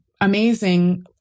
amazing